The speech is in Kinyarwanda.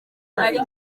ari